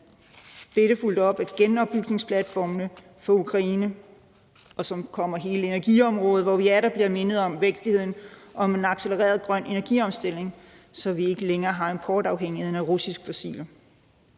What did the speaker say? dette er fulgt op af genopbygningsplatformene for Ukraine. Og så kommer hele energiområdet, hvor vi atter bliver mindet om vigtigheden af en accelereret grøn energiomstilling, så vi ikke længere har importafhængigheden af russiske fossile